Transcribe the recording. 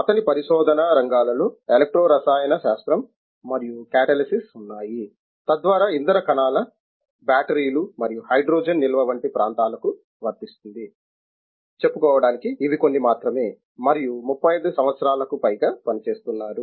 అతని పరిశోధనా రంగాలలో ఎలక్ట్రో రసాయన శాస్త్రం మరియు కాటలిసిస్ ఉన్నాయి తద్వారా ఇంధన కణాల బ్యాటరీలు మరియు హైడ్రోజన్ నిల్వ వంటి ప్రాంతాలకు వర్తిస్తుంది చెపుకోవడానికి ఇవి కొన్ని మాత్రమే మరియు 35 సంవత్సరాల కు పైగా పనిచేస్తున్నారు